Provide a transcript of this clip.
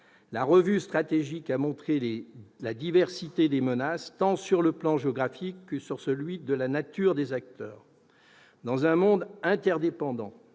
La revue stratégique a montré la diversité des menaces, tant sur le plan géographique que sur celui de la nature des acteurs. Dans un monde interdépendant,